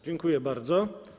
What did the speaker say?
Dziękuję bardzo.